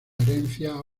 herencia